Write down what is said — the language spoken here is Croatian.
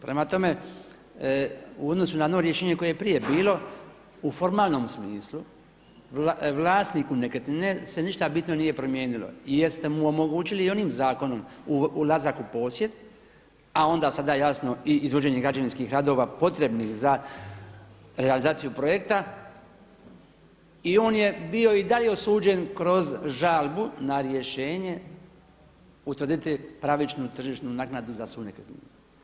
Prema tome, u odnosu na ono rješenje koje je prije bilo u formalnom smislu, vlasniku nekretnine se ništa bitno nije promijenilo jer ste mu omogućili i onim zakonom ulazak u posjed, a onda sada jasno i izvođenje građevinskih radova potrebnih za realizaciju projekta i on je bio i dalje osuđen kroz žalbu na rješenje utvrditi pravičnu tržišnu naknadu za svu nekretninu.